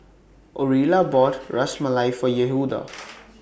Orilla bought Ras Malai For Yehuda